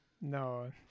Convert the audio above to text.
No